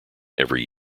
every